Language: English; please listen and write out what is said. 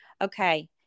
okay